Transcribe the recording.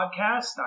podcast